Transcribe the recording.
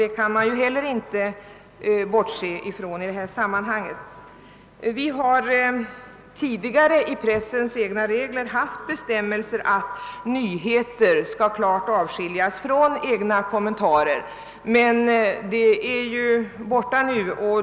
Det kan man inte heller bortse ifrån i detta sammanhang. Tidigare har man i pressens egna regler haft bestämmelser om att nyheter skall avskiljas från tidningens egna kommentarer. Dessa regler är nu borttagna.